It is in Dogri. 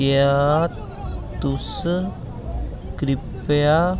क्या तुस कृप्या